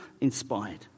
inspired